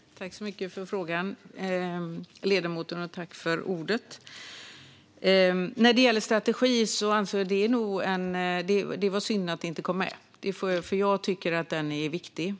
Fru talman! Tack så mycket för frågan, ledamoten! Det var synd att strategin inte kom med, för jag tycker att den är viktig.